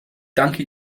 danke